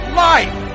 life